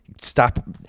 stop